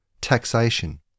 Taxation